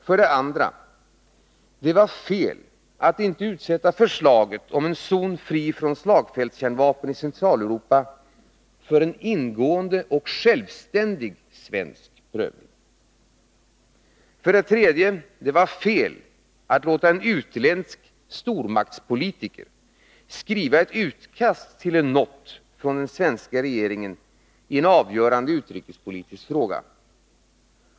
För det andra: Det var fel att inte utsätta förslaget om en zon fri från slagfältskärnvapen i Centraleuropa för en ingående och självständig svensk prövning. För det tredje: Det var fel att låta en utländsk stormaktspolitiker skriva ett utkast till en not från den svenska regeringen i en avgörande utrikespolitisk fråga.